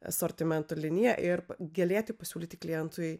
asortimento liniją ir galėti pasiūlyti klientui